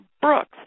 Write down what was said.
Brooks